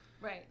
right